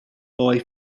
boy